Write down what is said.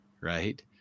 right